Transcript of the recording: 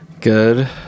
Good